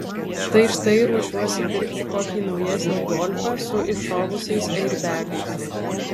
tai štai ruošiuosi pirkti kokį naujesnį golfą su iššovusiais airbegais